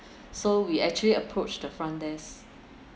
so we actually approach the front desk